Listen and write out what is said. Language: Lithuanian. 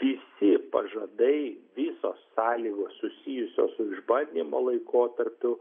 visi pažadai visos sąlygos susijusios su išbandymo laikotarpiu